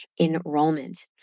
enrollment